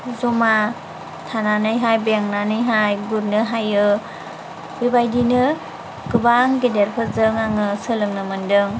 जमा थानानैहाय बेंनानैहाय गुरनो हायो बेबायदिनो गोबां गेदेरफोरजों आङो सोलोंनो मोनदों